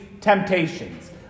temptations